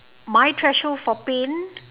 my threshold for pain